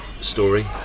story